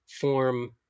form